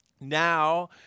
Now